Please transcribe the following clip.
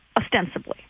ostensibly